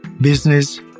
business